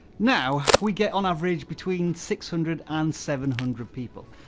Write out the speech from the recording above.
now we get on average between six hundred and seven hundred people.